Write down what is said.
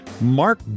Mark